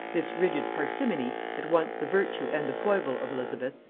this rigid parsimony, at once the virtue and the foible of elizabeth,